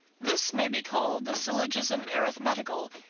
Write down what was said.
this may be called the syllogism arithmetical,